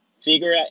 figure